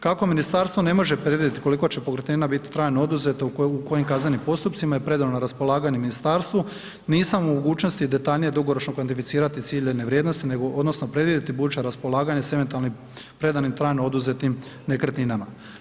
Kako ministarstvo ne može predvidjeti koliko će pokretnina biti trajno oduzeto u kojim kaznenim postupcima i predano na raspolaganje ministarstvu, nisam u mogućnosti detaljnije dugoročno kvantificirati ciljane vrijednosti nego odnosno predvidjeti buduće raspolaganje s eventualnim predanim trajno oduzetim nekretninama.